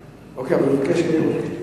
אוקיי, אבל הוא ביקש מליאה.